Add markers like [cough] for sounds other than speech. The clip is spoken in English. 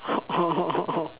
[laughs]